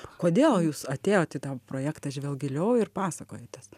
kodėl jūs atėjot į tą projektą žvelk giliau ir pasakojatės